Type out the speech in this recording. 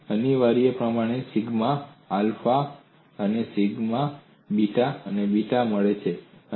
તમને અનિવાર્યપણે sigma alpha alpha અને સિગ્મા બીટા બીટા મળે છે